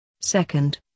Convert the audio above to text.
Second